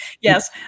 Yes